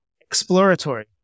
exploratory